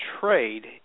trade